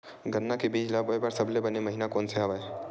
गन्ना के बीज ल बोय बर सबले बने महिना कोन से हवय?